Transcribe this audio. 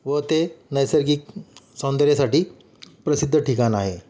व ते नैसर्गिक सौंदर्यासाठी प्रसिद्ध ठिकाण आहे